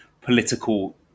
political